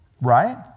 Right